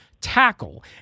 tackle